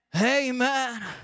amen